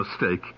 mistake